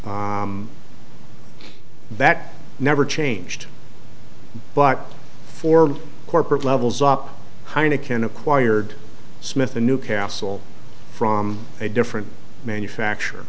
that never changed but for corporate levels up heineken acquired smith a new castle from a different manufacture